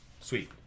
Sweet